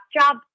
job